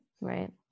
Right